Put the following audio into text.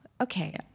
okay